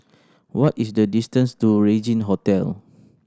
what is the distance to Regin Hotel